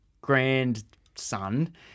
grandson